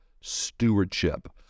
stewardship